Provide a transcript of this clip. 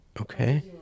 Okay